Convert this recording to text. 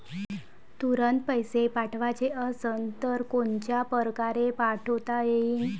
तुरंत पैसे पाठवाचे असन तर कोनच्या परकारे पाठोता येईन?